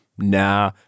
Nah